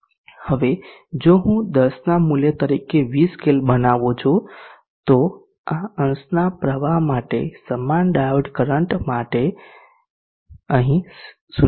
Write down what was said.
હવે જો હું 10 ના મૂલ્ય તરીકે v સ્કેલ બનાવું છું તો આ અંશના પ્રવાહ માટે સમાન ડાયોડ કરંટ માટે અહીં 0